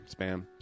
spam